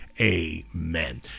amen